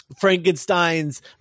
frankenstein's